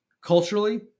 Culturally